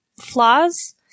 flaws